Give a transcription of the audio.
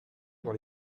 pour